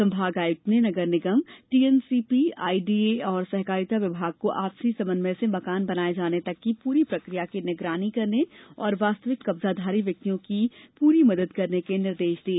संभाग आयुक्त ने नगर निगम टीएनसीपी आईडीए और सहकारिता विभाग को आपसी समन्वय से मकान बनाये जाने तक की पूरी प्रक्रिया की निगरानी करने और वास्तविक कब्जाधारी व्यक्तियों की पूरी मदद करने के निर्देष दिए